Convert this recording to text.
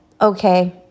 okay